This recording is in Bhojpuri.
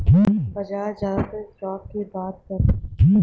बाजार जादातर स्टॉक के बात करला